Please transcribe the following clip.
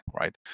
right